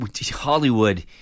Hollywood